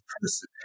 person